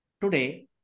today